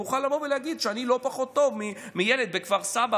ויוכל לבוא ולהגיד: אני לא פחות טוב מילד בכפר סבא,